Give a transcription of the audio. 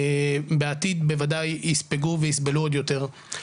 ובעתיד בוודאי יספגו ויסבלו עוד יותר.